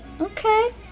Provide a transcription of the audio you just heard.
Okay